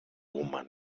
woman